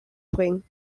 bringen